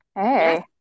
Hey